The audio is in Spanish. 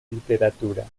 literatura